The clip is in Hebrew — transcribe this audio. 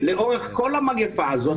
לאורך כל המגיפה הזאת,